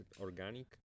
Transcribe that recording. organic